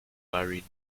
varied